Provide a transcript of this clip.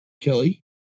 Kelly